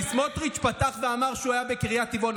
כי סמוטריץ' פתח ואמר שהוא היה בקריית טבעון,